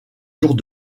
jours